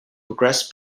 progress